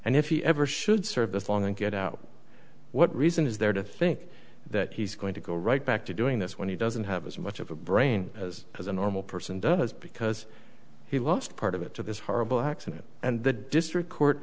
and if he ever should serve this long and get out what reason is there to think that he's going to go right back to doing this when he doesn't have as much of a brain as as a normal person does because he lost part of it to this horrible accident and the district court